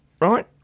right